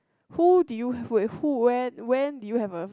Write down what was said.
who did you with who when when did you have a